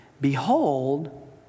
Behold